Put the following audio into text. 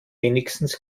wenigstens